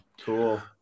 cool